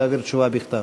להעביר תשובה בכתב.